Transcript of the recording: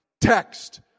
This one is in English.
text